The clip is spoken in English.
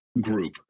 group